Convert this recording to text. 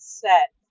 set